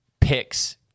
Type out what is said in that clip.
picks